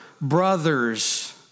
brothers